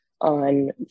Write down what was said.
on